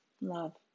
love